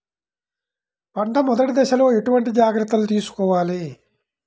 పంట మెదటి దశలో ఎటువంటి జాగ్రత్తలు తీసుకోవాలి?